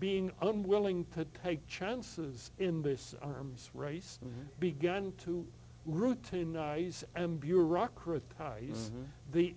being unwilling to take chances in this arms race began to route to nice and bureaucra